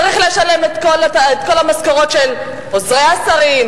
צריך לשלם את כל המשכורות של עוזרי השרים,